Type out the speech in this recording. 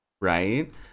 Right